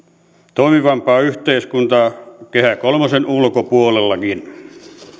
toimivampaa yhteiskuntaa kehä kolmosen ulkopuolellakin